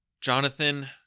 Jonathan